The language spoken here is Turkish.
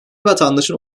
vatandaşın